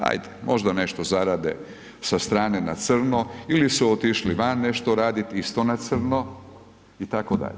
Hajde, možda nešto zarade sa strane na crno ili su otišli van nešto raditi, isto na crno, itd.